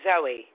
Zoe